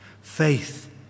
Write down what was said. Faith